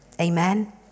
Amen